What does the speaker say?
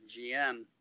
GM